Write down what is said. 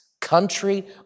country